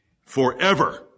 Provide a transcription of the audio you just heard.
forever